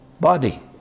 body